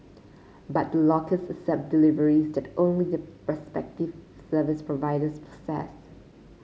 but the lockers accept deliveries that only the respective service providers process